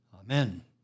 Amen